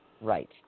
Right